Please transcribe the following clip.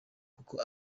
kuko